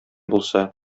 булса